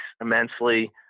immensely